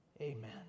amen